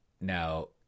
Now